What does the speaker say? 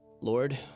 Lord